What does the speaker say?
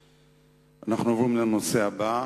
נעבור לנושא הבא.